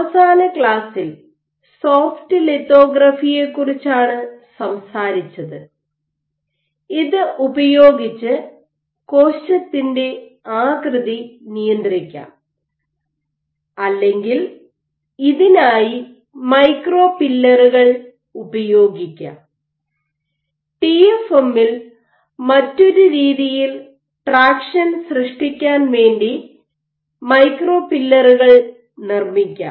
അവസാന ക്ലാസ്സിൽ സോഫ്റ്റ് ലിത്തോഗ്രാഫിയെക്കുറിച്ചാണ് സംസാരിച്ചത് ഇത് ഉപയോഗിച്ച് കോശത്തിന്റെ ആകൃതി നിയന്ത്രിക്കാം അല്ലെങ്കിൽ ഇതിനായി മൈക്രോ പില്ലറുകൾ ഉപയോഗിക്കാം ടിഎഫ്എമ്മിൽ മറ്റൊരു രീതിയിൽ ട്രാക്ഷൻ സൃഷ്ടിക്കാൻ വേണ്ടി മൈക്രോ പില്ലറുകൾ നിർമ്മിക്കാം